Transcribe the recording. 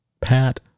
Pat